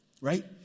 right